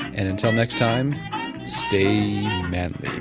and until next time stay manly